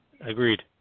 Agreed